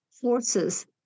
forces